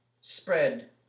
spread